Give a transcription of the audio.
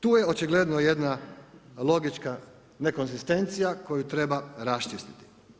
Tu je očigledno jedna logična ne konzistencija koju treba raščistit.